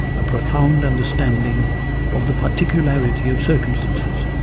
a profound understanding of the particularity of circumstances.